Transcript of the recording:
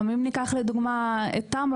גם אם ניקח לדוגמא את טמרה,